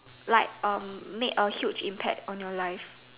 like um made a huge impact on your life